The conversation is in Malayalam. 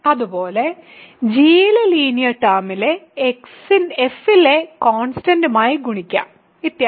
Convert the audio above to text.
അതുപോലെ g ലെ ലീനിയർ ടേമിനെ f ലെ കോൺസ്റ്റന്റ്മായി ഗുണിക്കാം ഇത്യാദി